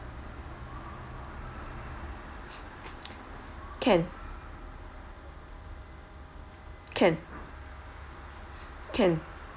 can can can